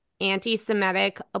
anti-Semitic